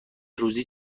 روزی